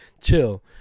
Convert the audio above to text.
chill